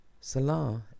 Salah